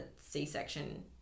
c-section